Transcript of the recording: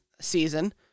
season